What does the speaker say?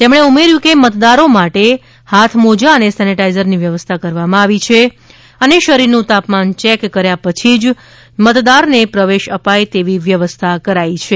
તેમણે ઉમેર્યું કે મતદારો માટે હાથ મોજા અને સેનેટાઇઝરની વ્યવસ્થા કરવામાં આવી છે અને શરીર નું તાપમાન ચેક કર્યા પછી મતદાર ને પ્રવેશ અપાય તેવી વ્યવસ્થા કરાઈ છે